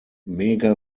mega